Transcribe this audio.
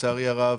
לצערי הרב,